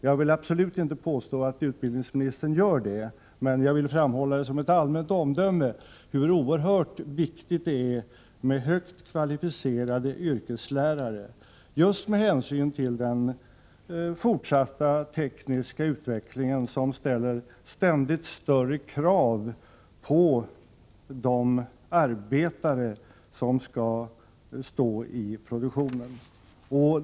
Jag påstår absolut inte att utbildningsministern gör det, men jag vill som ett allmänt omdöme framhålla hur oerhört viktigt det är med högt kvalificerade yrkeslärare, just med hänsyn till den fortsatta tekniska utvecklingen, som ställer ständigt större krav på de arbetare som skall stå i produktionen.